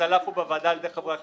זה עלה פה בוועדה על ידי חברי הכנסת,